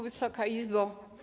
Wysoka Izbo!